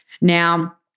Now